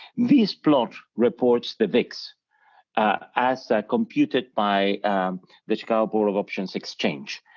this plot reports the vix as computed by the chicago board of options exchange,